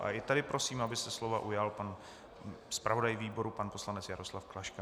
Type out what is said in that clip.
A i tady prosím, aby se slova ujal pan zpravodaj výboru pan poslanec Jaroslav Klaška.